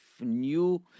new